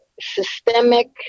systemic